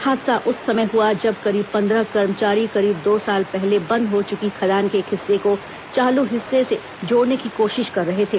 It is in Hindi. हादसा उस समय हुआ जब करीब पंद्रह कर्मचारी करीब दो साल पहले बंद हो चुकी खदान के एक हिस्से को चालू हिस्से से जोड़ने की कोशिश कर रहे थे